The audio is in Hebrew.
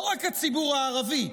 לא רק הציבור הערבי,